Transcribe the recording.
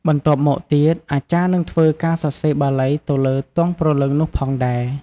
បន្ទាប់មកទៀត អាចារ្យនឹងធ្វើការសរសេរបាលីទៅលើទង់ព្រលឺងនោះផងដែរ។